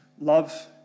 Love